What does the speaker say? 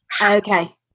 Okay